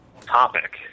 topic